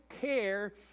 care